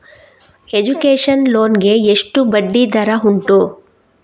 Education loan ಗೆ ಎಷ್ಟು ಬಡ್ಡಿ ದರ ಉಂಟು?